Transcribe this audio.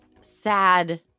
sad